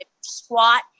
squat